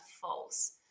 false